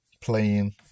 Playing